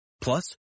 Plus